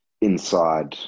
inside